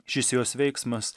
šis jos veiksmas